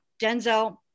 Denzel